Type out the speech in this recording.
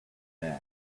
bad